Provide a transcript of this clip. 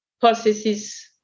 processes